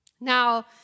Now